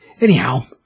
Anyhow